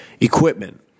equipment